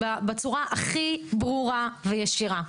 בצורה הכי ברורה וישירה.